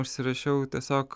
užsirašiau tiesiog